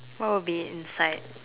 what would be inside